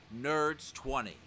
nerds20